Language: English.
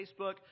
Facebook